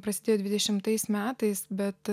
prasidėjo dvidešimtais metais bet